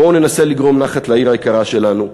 בואו ננסה לגרום נחת לעיר היקרה שלנו,